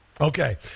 Okay